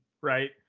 right